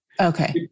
Okay